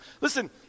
listen